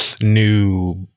new